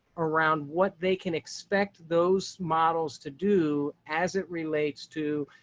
around what they can expect those models to do as it relates to